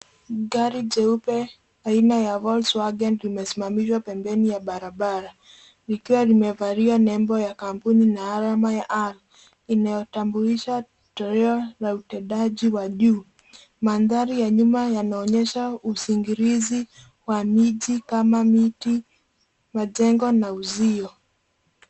Gari jeupe aina ya Volkswagen limesimamishwa pembeni ya barabara likiwa limevalia nembo ya kampuni na alama ya A inayotambulisha toyo la utendaji wa juu. Mandhari ya nyuma yanaonyesha usingilizi wa miji kama miti, majengo na uzio.